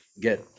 get